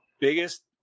biggest